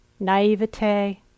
naivete